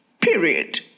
period